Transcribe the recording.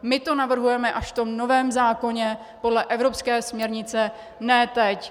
My to navrhujeme až v tom novém zákoně podle evropské směrnice, ne teď.